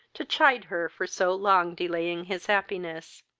to chide her for so long delaying his happiness.